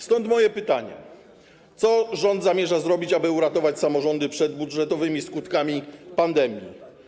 Stąd moje pytanie: Co rząd zamierza zrobić, aby uratować samorządy przed budżetowymi skutkami pandemii?